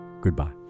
goodbye